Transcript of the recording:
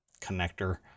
connector